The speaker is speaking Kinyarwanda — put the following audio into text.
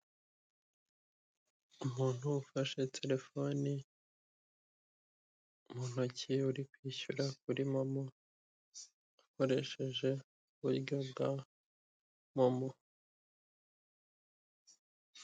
Umuntu ufashe terefoni mu ntoki uri kwishyura kuri momo, akoresheje uburyo bwa momo.